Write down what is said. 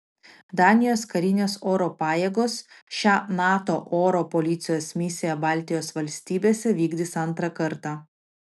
danijos karinės oro pajėgos šią nato oro policijos misiją baltijos valstybėse vykdys antrą kartą